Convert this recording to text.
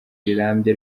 rirambye